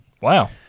Wow